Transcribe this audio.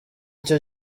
cyo